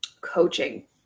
coaching